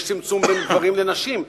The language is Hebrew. יש צמצום בין גברים לנשים?